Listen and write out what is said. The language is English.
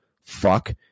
fuck